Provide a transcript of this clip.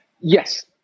Yes